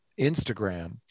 Instagram